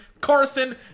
Carson